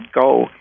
go